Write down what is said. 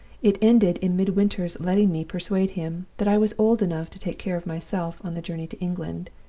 it ended in midwinter's letting me persuade him that i was old enough to take care of myself on the journey to england,